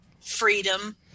Freedom